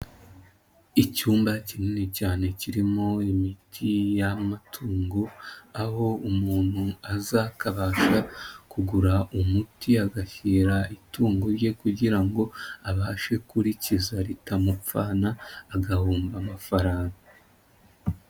Icyumba kinini cyane kirimo imiti yamatungo, aho umuntu aza akabasha kugura umuti agashyira itungo rye kugira ngo abashe kurikiza ritamupfana agahomba amafaranga.